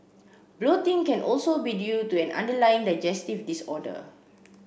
bloating can also be due to an underlying digestive disorder